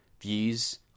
views